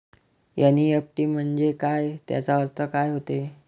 NEFT म्हंजे काय, त्याचा अर्थ काय होते?